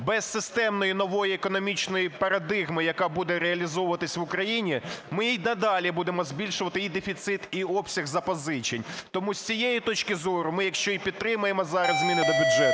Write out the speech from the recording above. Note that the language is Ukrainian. Без системної нової економічної парадигми, яка буде реалізовуватись в Україні, ми і надалі будемо збільшувати і дефіцит, і обсяг запозичень. Тому з цієї точки зору ми, якщо і підтримаємо зараз зміни до бюджету,